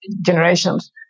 generations